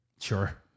Sure